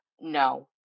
No